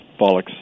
bollocks